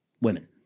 Women